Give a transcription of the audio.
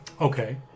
Okay